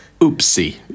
oopsie